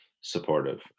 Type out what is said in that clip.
supportive